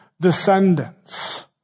descendants